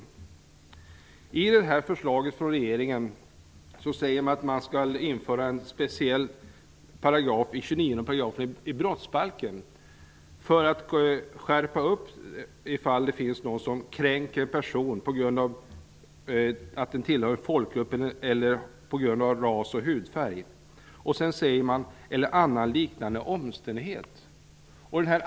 Regeringen har framlagt en proposition, där man föreslår att det skall införas en speciell paragraf i brottsbalken, 29 §, där man skärper straffet för att kränka en person på grund av att han eller hon tillhör en viss folkgrupp eller på grund av hans eller hennes ras eller hudfärg. Och sedan tillägger man: ''eller annan liknande omständighet''.